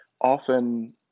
often